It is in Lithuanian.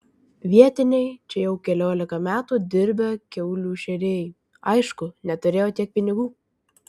vietiniai čia jau keliolika metų dirbę kiaulių šėrėjai aišku neturėjo tiek pinigų